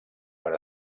per